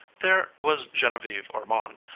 there was genevieve ormonde,